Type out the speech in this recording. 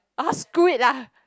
ah screw it lah